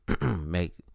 make